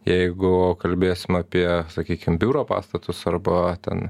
jeigu kalbėsim apie sakykim biuro pastatus arba ten